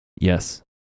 Yes